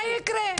מה יקרה?